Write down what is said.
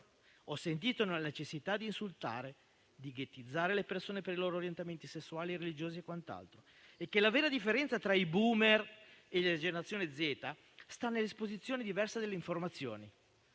ho sentito la necessità di insultare, di ghettizzare le persone per i loro orientamenti sessuali, religiosi o altro. La vera differenza tra i *boomer* e la generazione Z sta nell'esposizione diversa delle informazioni.